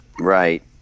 Right